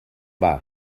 bah